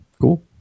cool